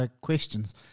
questions